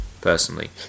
personally